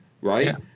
right